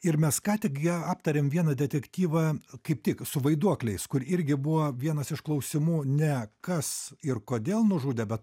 ir mes ką tik ją aptarėm vieną detektyvą kaip tik su vaiduokliais kur irgi buvo vienas iš klausimų ne kas ir kodėl nužudė bet